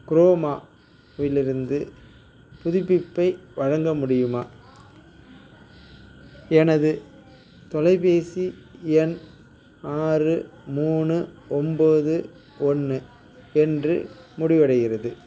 குரோமாவிலிருந்து புதுப்பிப்பை வழங்க முடியுமா எனது தொலைபேசி எண் ஆறு மூணு ஒன்போது ஒன்று என்று முடிவடைகிறது